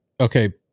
okay